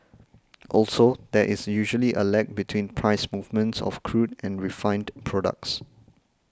also there is usually a lag between price movements of crude and refined products